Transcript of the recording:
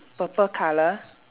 purple colour